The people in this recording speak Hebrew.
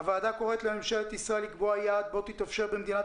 הוועדה קוראת לממשלת ישראל לקבוע יעד בו תתאפשר במדינת